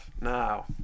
now